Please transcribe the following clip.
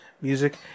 music